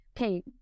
okay